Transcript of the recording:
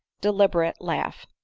deliberate laugh.